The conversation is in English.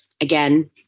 again